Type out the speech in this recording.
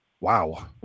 Wow